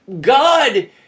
God